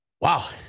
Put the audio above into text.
Wow